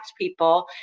people